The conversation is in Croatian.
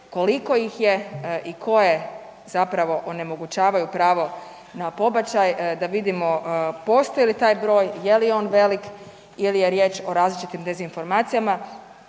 koliko ih je i koje zapravo onemogućavaju pravo na pobačaj, da vidimo postoji li taj broj, je li on velik ili je riječ o različitim dezinformacijama